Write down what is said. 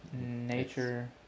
Nature